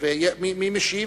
מי משיב?